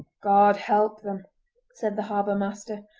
god help them said the harbour-master,